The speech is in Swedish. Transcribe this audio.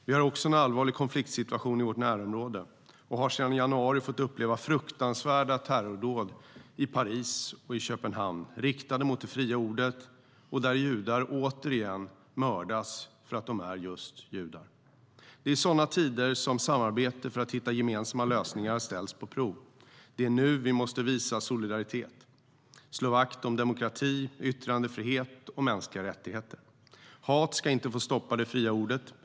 Vi har också en allvarlig konfliktsituation i vårt närområde och har sedan i januari fått uppleva fruktansvärda terrordåd i Paris och i Köpenhamn riktade mot det fria ordet och där judar återigen mördas för att de är just judar. Det är i sådana tider som samarbete för att hitta gemensamma lösningar ställs på prov. Det är nu vi måste visa solidaritet, slå vakt om demokrati, yttrandefrihet och mänskliga rättigheter. Hat ska inte få stoppa det fria ordet.